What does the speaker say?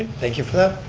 thank you for that.